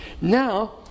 Now